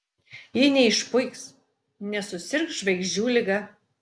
ji neišpuiks nesusirgs žvaigždžių liga